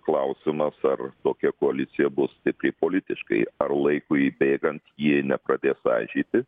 klausimas ar tokia koalicija bus stipri politiškai ar laikui bėgant ji nepradės aižyti